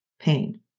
pain